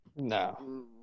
No